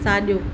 साॼो